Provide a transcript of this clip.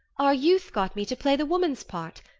our youth got me to play the woman's part,